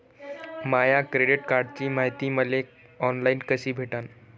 माया credit कार्डची मायती मले ऑनलाईन कसी भेटन?